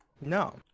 No